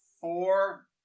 four